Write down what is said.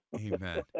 Amen